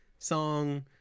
song